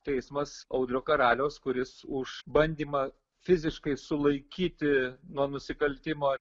teismas audrio karaliaus kuris už bandymą fiziškai sulaikyti nuo nusikaltimo